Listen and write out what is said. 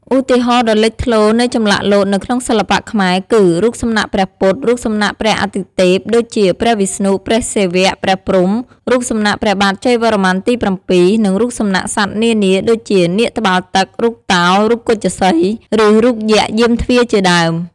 ឧទាហរណ៍ដ៏លេចធ្លោនៃចម្លាក់លោតនៅក្នុងសិល្បៈខ្មែរគឺ រូបសំណាកព្រះពុទ្ធ រូបសំណាកព្រះអាទិទេព ដូចជា ព្រះវិស្ណុ ព្រះសិវៈ ព្រះព្រហ្ម រូបសំណាកព្រះបាទជ័យវរ្ម័នទី៧ និងរូបសំណាកសត្វនានាដូចជានាគត្បាល់ទឹក រូបតោ រូបគជសីហ៍ ឬរូបយក្សយាមទ្វារជាដើម។